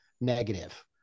negative